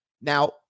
Now